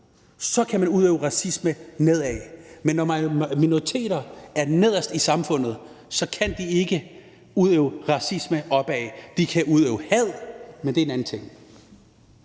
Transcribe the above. Så kan man udøve racisme nedad. Men når minoriteter er nederst i samfundet, kan de ikke udøve racisme opad – de kan udvise had, men det er en anden ting.